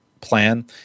plan